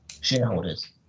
shareholders